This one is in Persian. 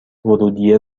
ورودیه